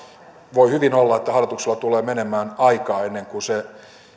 voi hyvin olla että hallituksella tulee menemään aikaa ennen kuin se